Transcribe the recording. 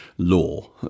Law